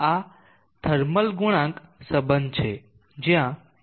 આ થર્મલ ગુણાંક સંબંધ છે જ્યાં h થર્મલ ગુણાંક છે